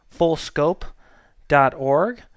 fullscope.org